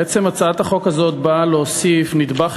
בעצם הצעת החוק הזאת באה להוסיף נדבך